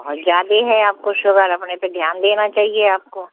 बहुत ज़्यादा है आपको शुगर अपने पर ध्यान देना चाहिए आपको